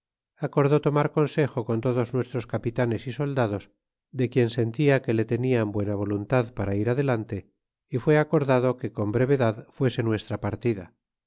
acordó tomar consejo con todos nuestros capitanes y soldados de quien sentia que le tenian buena voluntad para ir adelante y fué acordado que con brevedad fuese nuestra partida